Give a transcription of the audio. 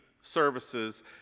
services